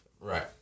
Right